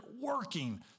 working